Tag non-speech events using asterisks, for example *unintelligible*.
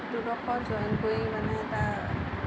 *unintelligible* দুডোখৰ join কৰি মানে এটা